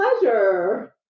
pleasure